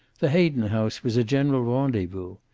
the hayden house was a general rendezvous.